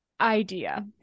idea